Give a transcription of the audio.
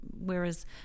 whereas